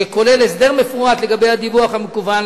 שכולל הסדר מפורט לגבי הדיווח המקוון.